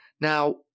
Now